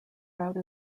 route